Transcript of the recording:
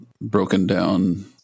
broken-down